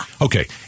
Okay